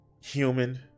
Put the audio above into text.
human